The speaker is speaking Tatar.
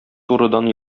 турыдан